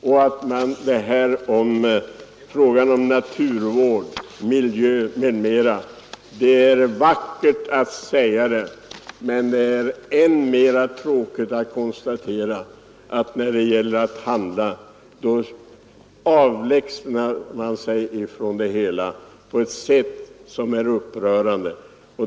Det talas så vackert om naturvård och miljö, men det är tråkigt att konstatera att när det gäller att handla, då avlägsnar man sig från det hela på ett sätt som är upprörande.